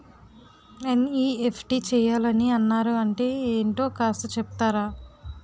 NEFT చేయాలని అన్నారు అంటే ఏంటో కాస్త చెపుతారా?